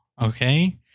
Okay